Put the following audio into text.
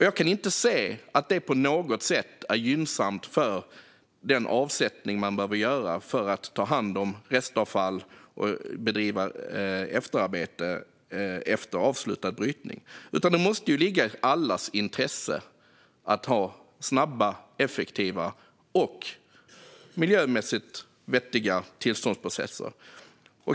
Jag kan inte se att det på något sätt är gynnsamt för den avsättning man behöver göra för att ta hand om restavfall och bedriva efterarbete efter avslutad brytning, utan det måste ligga i allas intresse att ha snabba, effektiva och miljömässigt vettiga tillståndsprocesser.